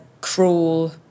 cruel